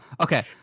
Okay